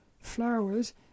flowers